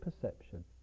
perception